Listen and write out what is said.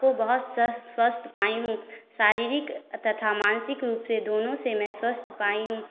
को बहुत स्वस्थ स्वस्थ पाई हूँ शारीरिक तथा मानसिक रूप से दोनों से मैं स्वस्थ पाई हूँ